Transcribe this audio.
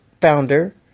founder